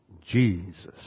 Jesus